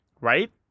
Right